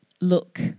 look